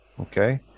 Okay